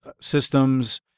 systems